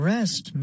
Rest